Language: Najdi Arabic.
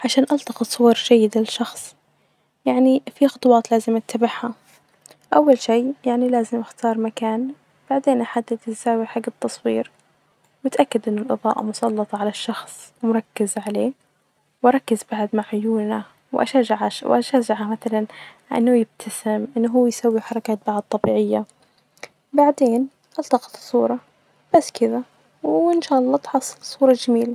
عشان ألتقط صورة جيدة لشخص، في خطوات لازم أتبعها أول شئ يعني لازم أختار مكان بعدين أحدد الزاوية حج التصوير، بتأكد إن الإظاءة مسلطة علي الشخص مركزة علية ،وركز بعد مع عيونة وأشجعه-وأشجعة مثلا أنه يبتسم أن هو يسوي حركات بعد طبيعية، بعدسين ألتقط صورة بس كدة ،وإن شاء الله تحصل صورة جميلة.